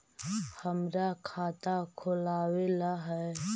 हमरा खाता खोलाबे ला है?